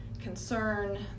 concern